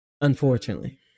Unfortunately